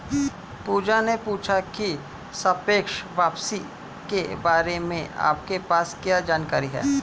पूजा ने पूछा की सापेक्ष वापसी के बारे में आपके पास क्या जानकारी है?